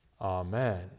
Amen